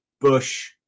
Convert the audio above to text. Bush